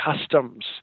Customs